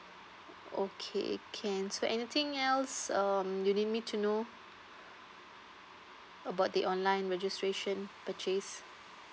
okay can so anything else um you need me to know about the online registration purchase